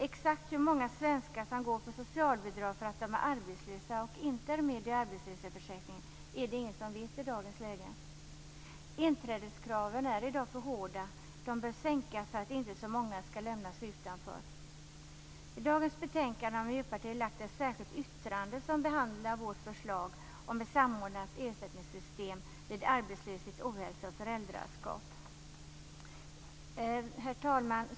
Exakt hur många svenskar som går på socialbidrag därför att de är arbetslösa och inte med i arbetslöshetsförsäkringen är det ingen som vet i dagens läge. Inträdeskraven är i dag för hårda. De bör sänkas, så att inte så många lämnas utanför. Till dagens betänkande har Miljöpartiet fogat ett särskilt yttrande som behandlar vårt förslag om ett samordnat ersättningssystem vid arbetslöshet, ohälsa och föräldraskap. Herr talman!